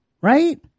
right